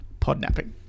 Podnapping